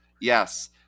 yes